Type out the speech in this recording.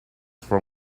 from